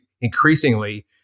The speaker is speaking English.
increasingly